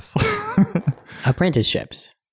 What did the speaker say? Apprenticeships